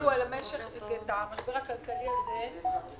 שהביאו על המשק את המשבר הכלכלי הזה מונעות